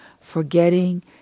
forgetting